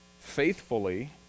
faithfully